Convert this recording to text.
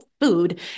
food